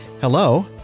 Hello